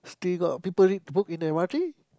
still got people read book in m_r_t